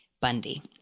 Bundy